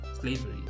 slavery